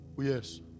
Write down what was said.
Yes